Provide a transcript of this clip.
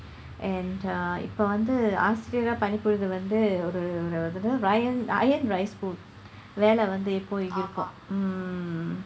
and uh இப்போ வந்து ஆசிரியையா படிக்கிறது வந்து ஒரு ஒரு என்னது:ippo vanthu aasirayaiya padikkirathu vanthu oru oru ennathu ryan வேலை வந்து இப்போ இது இருக்கும்:velai vanthu ippo ithu irukkum mm